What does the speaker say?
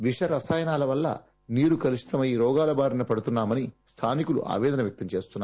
విషరసాయనాల వల్ల నీరు కలుషితమై రోగాల బారిన పడుతున్నామని స్టానికులు ఆవేదన వ్యక్తం చేస్తున్నారు